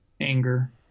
anger